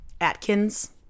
Atkins